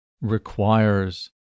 requires